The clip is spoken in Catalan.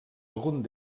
alguns